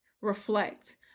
reflect